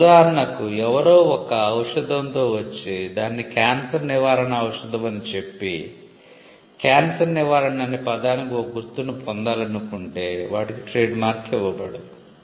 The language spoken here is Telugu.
ఉదాహరణకు ఎవరో ఒక ఔషధంతో వచ్చి దానిని క్యాన్సర్ నివారణా ఔషదం అని చెప్పి క్యాన్సర్ నివారణ అనే పదానికి ఒక గుర్తును పొందాలనుకుంటే వాటికి ట్రేడ్మార్క్ ఇవ్వబడదు